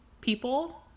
people